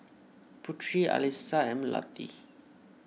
Putri Alyssa and Melati